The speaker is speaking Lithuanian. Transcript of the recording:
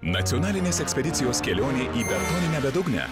nacionalinės ekspedicijos kelionė į betoninę bedugnę